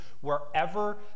wherever